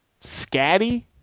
scatty